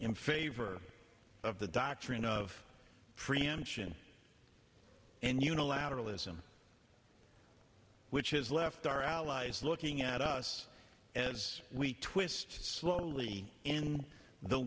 in favor of the doctrine of preemption and unilateralism which has left our allies looking at us as we twist slowly in the